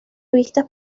vistas